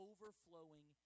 Overflowing